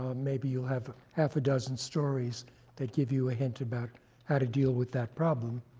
ah maybe you'll have half a dozen stories that give you a hint about how to deal with that problem.